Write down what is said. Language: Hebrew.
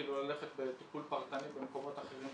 ללכת בטיפול פרטני במקומות אחרים,